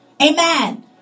Amen